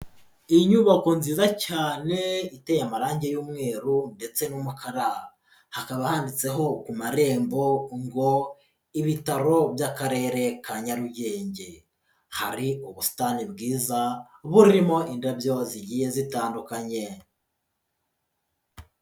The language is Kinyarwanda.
Inyubako nziza cyane, iteye amarange y'umweru ndetse n'umukara. Hakaba handitseho ku marembo ngo "Ibitaro by'akarere ka nyarugenge". Hari ubusitani bwiza, burimo indabyo zigiye zitandukanye.